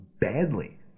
Badly